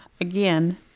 Again